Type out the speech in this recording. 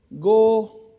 go